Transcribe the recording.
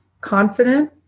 confident